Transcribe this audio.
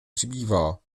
přibývá